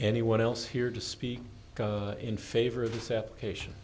anyone else here to speak in favor of this application